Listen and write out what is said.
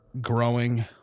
growing